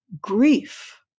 grief